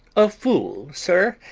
a fool, sir,